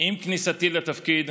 עם כניסתי לתפקיד